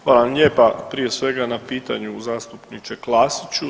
Hvala vam lijepa prije svega na pitanju zastupniče Klasiću.